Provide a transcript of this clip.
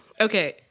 Okay